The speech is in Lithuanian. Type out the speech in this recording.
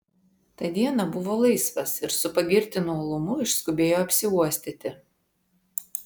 tą dieną buvo laisvas ir su pagirtinu uolumu išskubėjo apsiuostyti